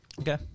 Okay